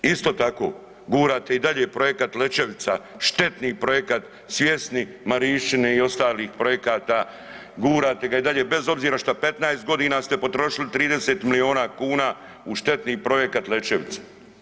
Isto tako, gurate i dalje Projekat Lećevica, štetni projekat svjesni Marišćine i ostalih projekata, gurate ga i dalje bez obzira šta u 15.g. ste potrošili 30 milijona kuna u štetni Projekat Lećevica.